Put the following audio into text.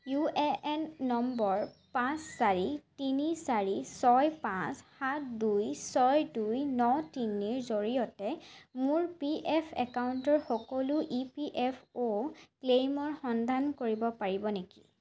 UAN number পাঁচ চাৰি তিনি চাৰি ছয় পাঁচ সাত দুই ছয় দুই ন তিনিৰ জৰিয়তে মোৰ পিএফ একাউণ্টৰ সকলো ইপিএফঅ' ক্লেইমৰ সন্ধান কৰিব পাৰিব নেকি